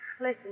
Listen